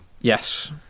Yes